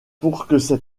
pour